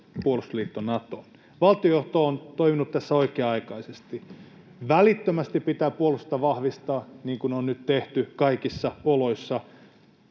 puolustusliitto Natoon. Valtiojohto on toiminut tässä oikea-aikaisesti. Välittömästi pitää puolustusta vahvistaa, niin kuin on nyt tehty, kaikissa oloissa.